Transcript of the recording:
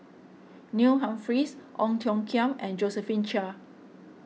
Neil Humphreys Ong Tiong Khiam and Josephine Chia